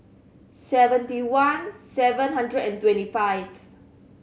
seventy one seven hundred and twenty five